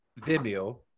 Vimeo